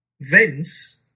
Vince